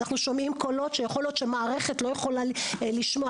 אנחנו שומעים קולות שיכול להיות שמערכת לא יכולה לשמוע.